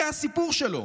זה הסיפור שלו.